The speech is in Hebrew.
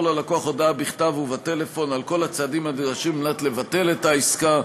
ללקוח הודעה בכתב ובטלפון על כל הצעדים הנדרשים על מנת לבטל את העסקה,